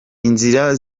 inzira